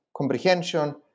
comprehension